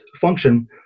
function